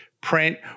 print